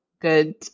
good